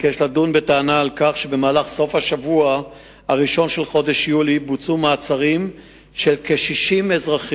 בסוף השבוע שעבר עצרה המשטרה כ-60 איש,